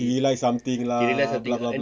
he realised something lah